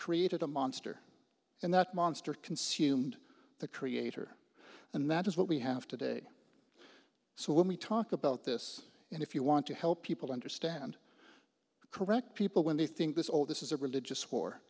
created a monster and that monster consumed the creator and that is what we have today so when we talk about this and if you want to help people understand correct people when they think this all this is a religious war